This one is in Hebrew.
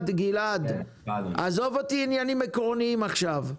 גלעד, עזוב אותי עניינים עקרוניים עכשיו,